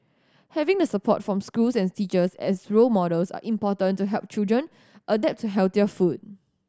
having the support from schools and teachers as role models are important to help children adapt to healthier food